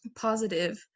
positive